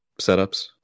setups